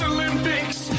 Olympics